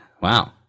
Wow